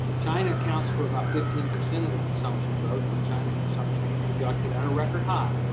china accounts for about fifteen percent of the consumption growth, with china's consumption projected at a record high.